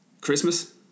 Christmas